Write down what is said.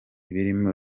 birimo